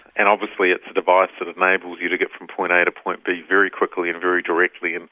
and obviously it's a device that enables you to get from point a to point b very quickly and very directly, and